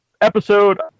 episode